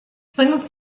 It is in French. cinquante